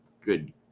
good